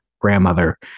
grandmother